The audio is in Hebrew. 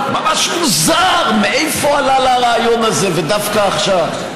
ממש מוזר מאיפה עלה לה הרעיון הזה, ודווקא עכשיו.